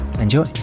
Enjoy